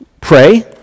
pray